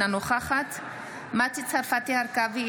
אינה נוכחת מטי צרפתי הרכבי,